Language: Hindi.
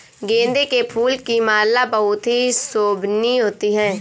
गेंदे के फूल की माला बहुत ही शोभनीय होती है